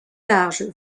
large